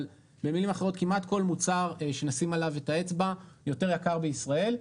אבל במילים אחרות כמעט כל מוצר שנשים עליו את האצבע יותר יקר בישראל,